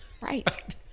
right